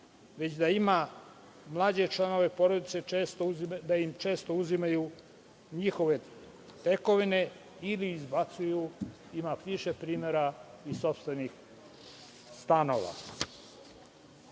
već da ima mlađe članove porodice da im često uzimaju njihove tekovine ili izbacuju, ima više primera, iz sopstvenih